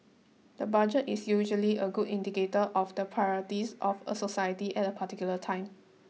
the budget is usually a good indicator of the priorities of a society at a particular time